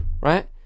right